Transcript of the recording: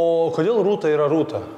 o kodėl rūta yra rūta